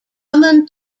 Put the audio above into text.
common